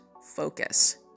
focus